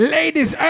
Ladies